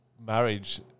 marriage